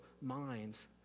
minds